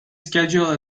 schedule